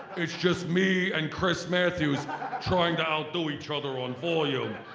it's just me and chris matthews trying to outdo each other on volume.